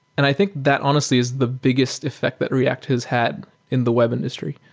and i think that honestly is the biggest effect that react has had in the web industry.